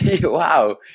Wow